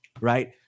Right